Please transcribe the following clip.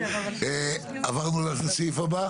עברנו לסעיף הבא.